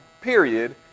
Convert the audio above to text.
period